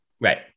Right